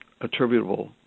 attributable